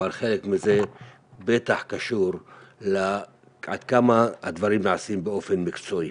אבל חלק מזה בטח קשור עד כמה הדברים נעשים באופן מקצועי.